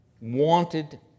wanted